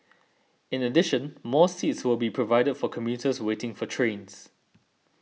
in addition more seats will be provided for commuters waiting for trains